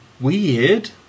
weird